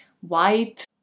white